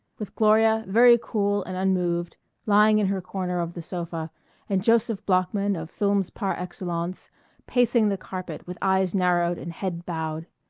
with gloria very cool and unmoved lying in her corner of the sofa and joseph bloeckman of films par excellence pacing the carpet with eyes narrowed and head bowed.